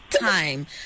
time